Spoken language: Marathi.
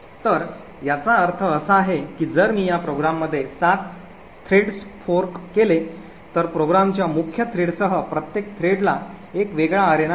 तर याचा अर्थ असा आहे की जर मी या प्रोग्राममध्ये 7 थ्रेड्स फोर्क केले तर प्रोग्रामच्या मुख्य थ्रेडसह प्रत्येक थ्रेडला एक वेगळा अरेना मिळेल